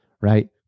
right